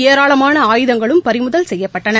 ஏராளமானஆயுதங்களும் பறிமுதல் செய்யப்பட்டுள்ளன